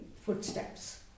footsteps